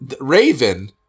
Raven